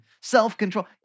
self-control